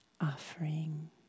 offering